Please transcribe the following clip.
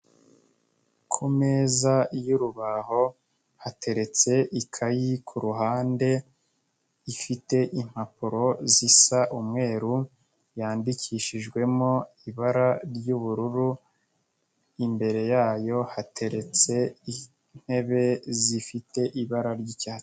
Kumeza y'urubaho, hateretse ikayi ku ruhande, ifite impapuro zisa umweru, yandikishijwemo ibara ry'ubururu, imbere yayo hateretse intebe zifite ibara ry'icyatsi.